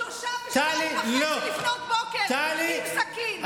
שלושה ב-02:30 עם סכין.